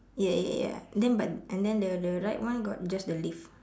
ya ya ya and then but and then the the right one got just the leaf